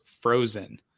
frozen